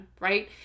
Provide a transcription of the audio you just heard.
right